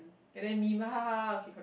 and then meme ha ha ha ha okay continue